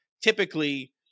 Typically